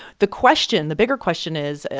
the question the bigger question is,